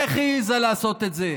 איך היא העזה לעשות את זה?